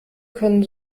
können